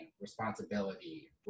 responsibility